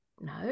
no